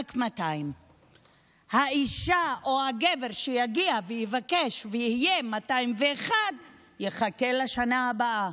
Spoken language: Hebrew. רק 200. האישה או הגבר שיגיעו ויבקשו ויהיו ה-201 יחכו לשנה הבאה,